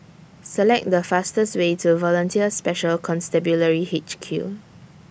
Select The fastest Way to Volunteer Special Constabulary H Q